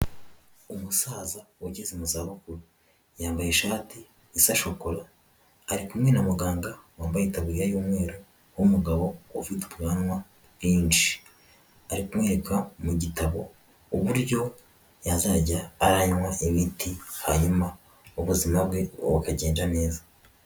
Umusaza ugeze mu za bukuru, yambaye ishati ishokora ari kumwe na muganga wambaye itaburiya y'umweru umugabo ufite ubwanwa bwinshi, ari kumwereka mu gitabo uburyo yazajya aranywa imiti hanyuma ubuzima bwe bukagenda neza.